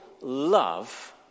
love